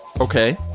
Okay